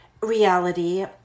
reality